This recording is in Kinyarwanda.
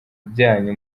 byanyu